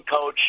coach